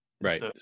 Right